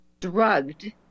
drugged